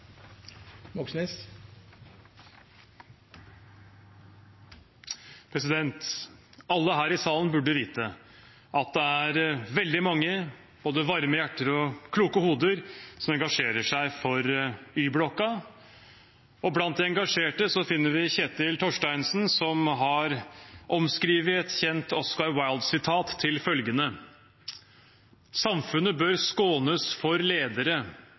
veldig mange både varme hjerter og kloke hoder som engasjerer seg for Y-blokka. Blant de engasjerte finner vi Kjetil Torsteinsen, som har omskrevet et kjent Oscar Wilde-sitat til følgende: Samfunnet bør skånes for ledere